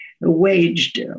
waged